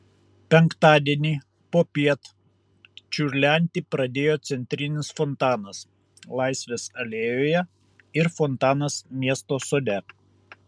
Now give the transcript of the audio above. penktadienį popiet čiurlenti pradėjo centrinis fontanas laisvės alėjoje ir fontanas miesto sode